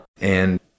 And-